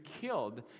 killed